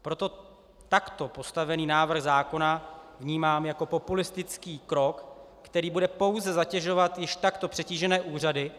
Proto takto postavený návrh zákona vnímám jako populistický krok, který bude pouze zatěžovat již takto přetížené úřady.